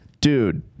dude